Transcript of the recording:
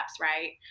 Right